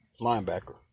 Linebacker